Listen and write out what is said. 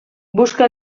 busca